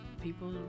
people